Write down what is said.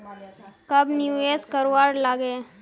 कब निवेश करवार लागे?